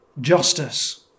justice